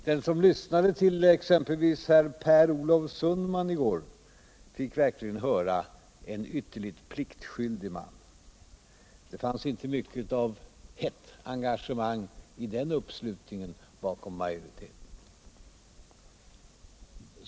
Den som lyssnade vill exempelvis Per Olof Sundman 1 går fick verkligen höra en ytterligt pliktskyldig man. Det fanns inte mycket av hett engagemang i den uppslutningen bakom majoriteten.